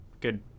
good